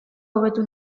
hobetu